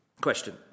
question